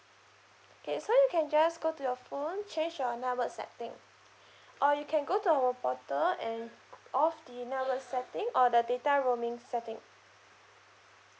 okay so you can just go to your phone change your network setting or you can go to our portal and off the network setting or the data roaming setting